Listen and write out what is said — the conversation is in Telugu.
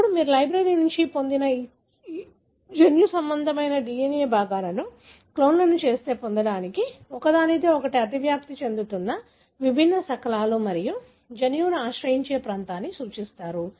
ఇప్పుడు మీరు లైబ్రరీ నుండి పొందిన ఈ జన్యుసంబంధమైన DNA భాగాన్ని క్లోన్లను పొందడానికి ఒకదానితో ఒకటి అతివ్యాప్తి చెందుతున్న విభిన్న శకలాలు మరియు జన్యువును ఆశ్రయించే ప్రాంతాన్ని సూచిస్తారు